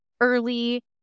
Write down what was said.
early